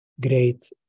great